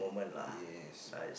yes